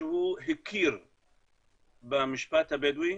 הכיר במשפט הבדואי